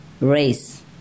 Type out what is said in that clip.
race